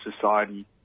society